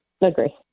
agree